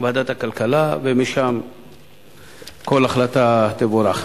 ועדת הכלכלה, וכל החלטה משם תבורך.